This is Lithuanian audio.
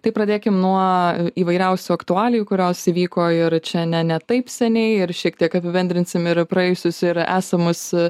tai pradėkim nuo įvairiausių aktualijų kurios įvyko ir čia ne ne taip seniai ir šiek tiek apibendrinsim ir praėjusius ir esamus